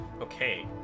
Okay